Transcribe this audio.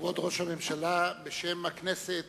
כבוד ראש הממשלה, בשם הכנסת